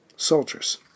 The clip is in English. Soldiers